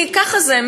כי ככה זה,